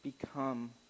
become